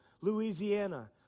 Louisiana